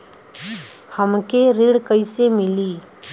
हमके ऋण कईसे मिली?